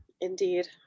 Indeed